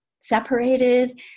separated